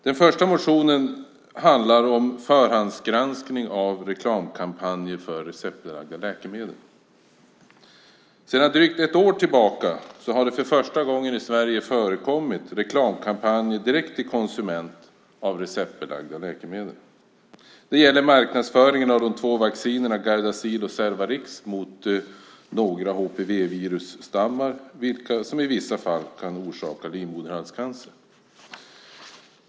Den första motionen handlar om förhandsgranskning av reklamkampanjer för receptbelagda läkemedel. Sedan drygt ett år har det för första gången i Sverige förekommit reklamkampanjer direkt till konsument av receptbelagda läkemedel. Det gäller marknadsföringen av de två vaccinerna Gardasil och Cervarix mot några HPV-virusstammar som i vissa fall kan orsaka livmoderhalscancer.